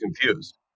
confused